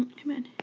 c'mon,